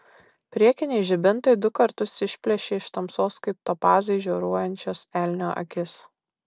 priekiniai žibintai du kartus išplėšė iš tamsos kaip topazai žioruojančias elnio akis